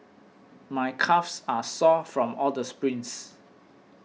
my calves are sore from all the sprints